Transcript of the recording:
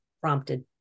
prompted